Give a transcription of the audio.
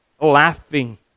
laughing